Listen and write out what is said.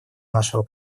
нашего